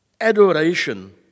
adoration